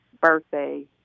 birthday